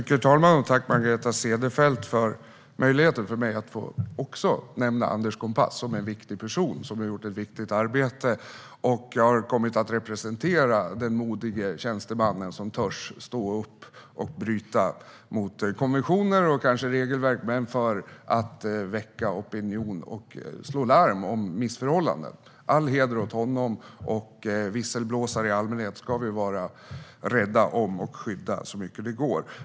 Herr talman! Tack, Margareta Cederfelt, för att du ger mig möjlighet att också nämna Anders Kompass. Han är en viktig person som har gjort ett viktigt arbete och kommit att representera den modige tjänstemannen, som törs stå upp och bryta mot konventioner, och kanske även mot regelverk, för att väcka opinion och slå larm om missförhållanden. All heder åt honom! Visselblåsare i allmänhet ska vi vara rädda om och skydda så mycket det går.